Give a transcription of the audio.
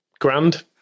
Grand